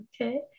Okay